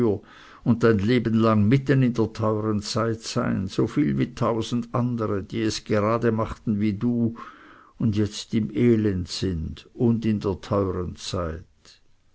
und dein leben lang mitten in der teuren zeit sein wie so viel tausend andere die es gerade machten wie du und jetzt im elend sind und in der teuren zeit